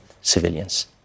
civilians